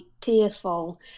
tearful